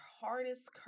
hardest